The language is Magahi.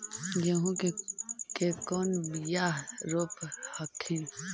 गेहूं के कौन बियाह रोप हखिन?